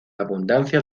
abundancia